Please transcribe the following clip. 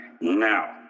now